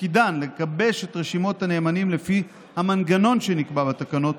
שתפקידן לגבש את רשימות הנאמנים לפי המנגנון שנקבע בתקנות,